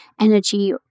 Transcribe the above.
energy